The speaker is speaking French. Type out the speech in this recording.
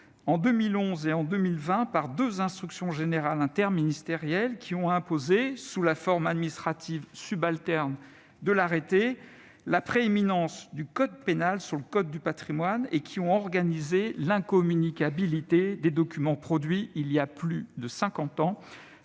en 2011 et en 2020 par deux instructions générales interministérielles qui ont imposé, sous la forme administrative subalterne de l'arrêté, la prééminence du code pénal sur le code du patrimoine et qui ont organisé l'incommunicabilité de documents produits voilà plus de cinquante